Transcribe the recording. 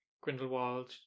Grindelwald